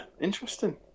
interesting